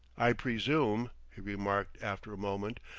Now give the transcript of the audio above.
i presume, he remarked after a moment,